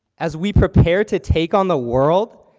as we prepare to take on the world,